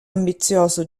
ambizioso